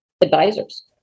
advisors